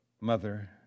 mother